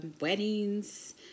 weddings